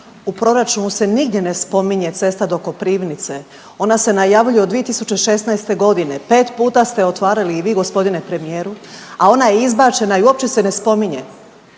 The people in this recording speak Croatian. U proračunu se nigdje ne spominje cesta do Koprivnice. Ona se najavljuje od 2016., 5 puta ste je otvarali i vi g. premijeru, a ona je izbačena i uopće se ne spominje.